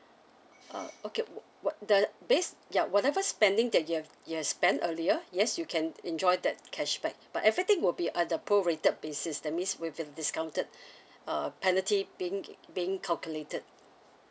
uh okay w~ what the base ya whatever spending that you have you have spent earlier yes you can enjoy that cashback but everything will be uh the prorated basis that means with the discounted uh penalty being being calculated